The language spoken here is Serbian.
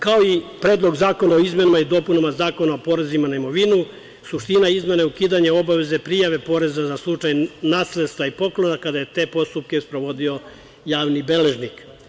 Kao i Predlog zakona o izmenama i dopunama Zakona o porezima na imovinu, suština izmene je ukidanje obaveze prijave poreza za slučaj nasledstva i poklona, kada je te postupke sprovodio javni beležnik.